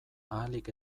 ahalik